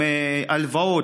הלוואות,